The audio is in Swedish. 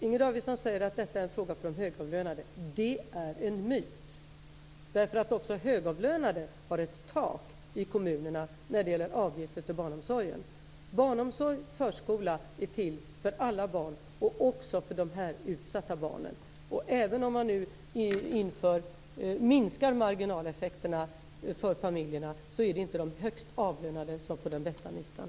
Inger Davidson säger att detta är en fråga för de högavlönade. Det är en myt. Också högavlönade har ett tak i kommunerna när det gäller avgifter till barnomsorgen. Barnomsorg och förskola är till för alla barn, också för de här utsatta barnen. Även om man nu minskar marginaleffekterna för familjerna är det inte de högst avlönade som får den bästa nyttan.